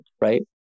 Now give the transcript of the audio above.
right